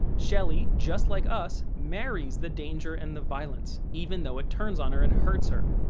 shelly, just like us, marries the danger and the violence, even though it turns on her and hurts her.